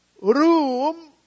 room